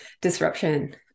disruption